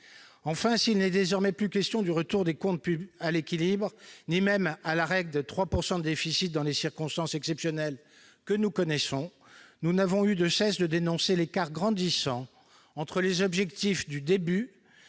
Enfin, s'il n'est désormais plus question du retour des comptes à l'équilibre ni même de la règle des 3 % de déficit, dans les circonstances exceptionnelles que nous connaissons, nous n'avons eu de cesse de dénoncer l'écart grandissant entre les objectifs du début